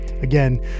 again